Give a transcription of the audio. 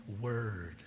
word